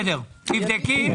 בסדר, תבדקי.